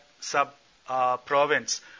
sub-province